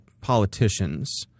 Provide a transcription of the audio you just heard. politicians